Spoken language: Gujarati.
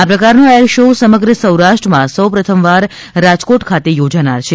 આ પ્રકારનો એર શો સમગ્ર સૌરાષ્ટ્રમાં સૌપ્રથમ વાર રાજકોટ ખાતે યોજાનાર છે